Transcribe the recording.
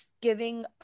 giving